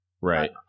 Right